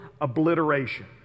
obliteration